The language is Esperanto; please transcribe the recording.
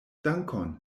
dankon